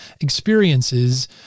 experiences